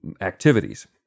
activities